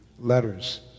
letters